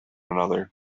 another